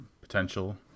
potential